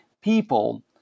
people